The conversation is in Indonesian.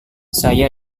saya